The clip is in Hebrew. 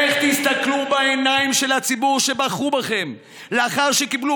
איך תסתכלו בעיניים של הציבור שבחרו בכם לאחר שקיבלו